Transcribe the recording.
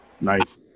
Nice